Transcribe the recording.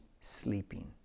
sleeping